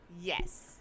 yes